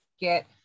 get